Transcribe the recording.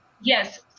Yes